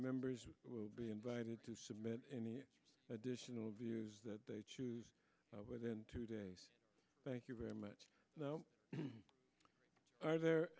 members will be invited to submit any additional views that they choose within two days thank you very much are there